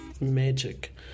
magic